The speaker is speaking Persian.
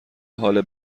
حال